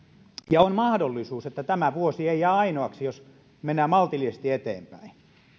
ja on mahdollisuus että tämä vuosi ei jää ainoaksi jos mennään maltillisesti eteenpäin